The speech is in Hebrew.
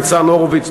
ניצן הורוביץ,